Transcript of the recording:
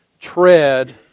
tread